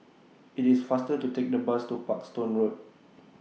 IT IS faster to Take The Bus to Parkstone Road